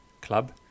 club